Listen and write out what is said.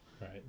Right